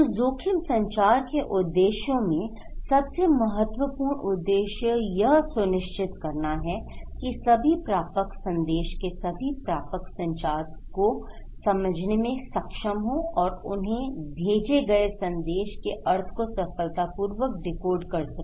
तो जोखिम संचार के उद्देश्यों में सबसे महत्वपूर्ण उद्देश्य यह सुनिश्चित करना है कि सभी प्रापक संदेश के सभी प्रापक संचार को समझने में सक्षम हो और उन्हें भेजे गए संदेश के अर्थ को सफलतापूर्वक डिकोड कर सके